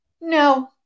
No